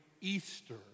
Easter